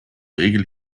regel